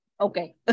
Okay